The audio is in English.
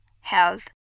health